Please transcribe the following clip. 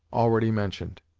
already mentioned.